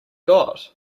got